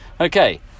Okay